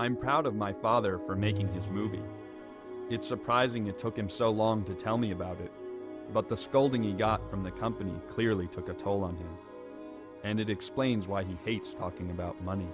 i'm proud of my father for making this movie it's surprising it took him so long to tell me about it but the scolding you got from the company clearly took a toll on and it explains why he hates talking about money